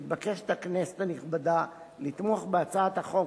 מתבקשת הכנסת הנכבדה לתמוך בהצעת החוק